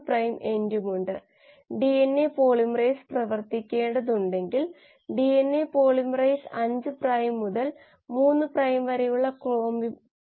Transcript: ഈ മാട്രിക്സ് ഗുണം r 3 r 4 എന്നിവയിലേക്ക് നേരിട്ട് rനോട്ട് r 1 r 2 അല്ലെങ്കിൽ r 3 r 4 r not r 1 r 2 എന്നിവ അളക്കുന്നത് ആവശ്യമുണ്ട് അല്ലെങ്കിൽ r 3 r 4 എന്നിവയാണ് ഇവിടെ അളക്കുന്നത് ഇവിടെ കണക്കാക്കുന്നത് CD എന്നിവയുടെ അളവുകളിൽ നിന്ന്